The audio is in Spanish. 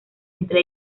entre